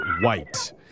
white